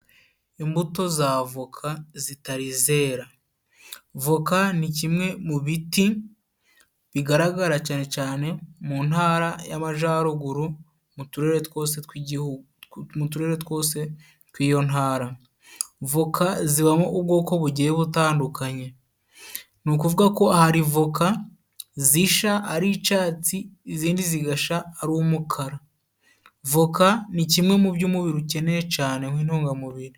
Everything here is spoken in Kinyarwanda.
Imbuto z'avoka zitari zera, voka ni kimwe mu biti bigaragara cane cane mu ntara y'amajyaruguru mu turere twose tw'igihugu mu turere twose tw'iyo ntara, voka zibamo ubwoko bugiye butandukanye ni ukuvugako hari voka zisha ari icatsi, izindi zigasha ari umukara, voka ni kimwe mu by' umubiri ukeneye cane nk'intungamubiri.